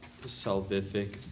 salvific